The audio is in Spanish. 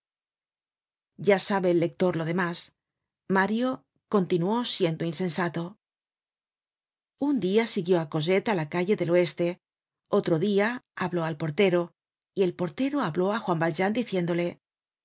ya sabe el lector lo demás mario continuó siendo insensalo un dia siguió á cosette á la calle del oeste otro dia habló al portero y el portero habló á juan valjean diciéndole